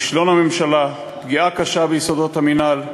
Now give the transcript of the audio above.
כישלון הממשלה, פגיעה קשה ביסודות המינהל.